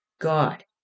God